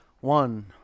One